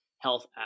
health